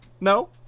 No